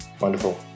wonderful